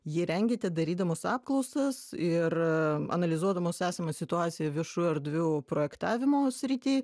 jį rengėte darydamos apklausas ir analizuodamos esamą situaciją viešų erdvių projektavimo srity